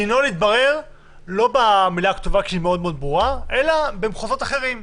דינו להתברר לא במילה הכתובה, אלא במחוזות אחרים,